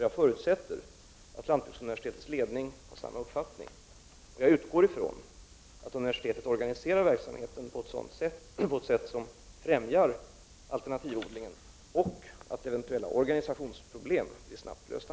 Jag förutsätter att lantbruksuniversitetets ledning har samma uppfattning. Jag utgår från att universitetet organiserar verksamheten på ett sätt som främjar alternativodlingen och att eventuella organisationsproblem blir snabbt lösta.